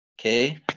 Okay